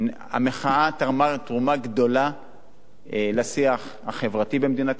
המחאה תרמה תרומה גדולה לשיח החברתי במדינת ישראל,